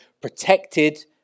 protected